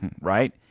Right